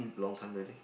long time already